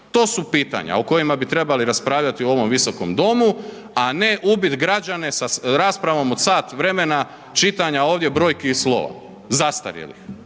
to su pitanja o kojima bi trebali raspravljati u ovom Viskom domu a ne ubit građane sa raspravom od sat vremena čitanja ovdje brojki i slova, zastarjelih